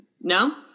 No